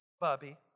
Bobby